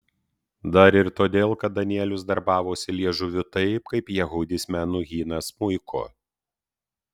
dar ir todėl kad danielius darbavosi liežuviu taip kaip jehudis menuhinas smuiku